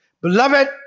Beloved